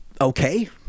Okay